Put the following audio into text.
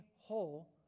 whole